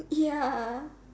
ya